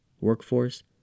workforce